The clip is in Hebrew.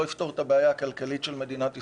יפתור את הבעיה הכלכלית של מדינת ישראל,